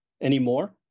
anymore